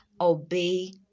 obey